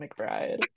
mcbride